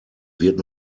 wird